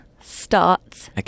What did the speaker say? starts